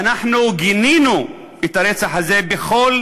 ואנחנו גינינו את הרצח הזה בכל